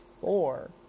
four